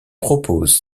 propose